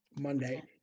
Monday